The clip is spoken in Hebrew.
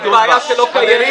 אתה מציג בעיה שלא קיימת.